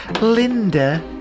Linda